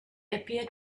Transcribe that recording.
appeared